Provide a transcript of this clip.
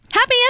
Happy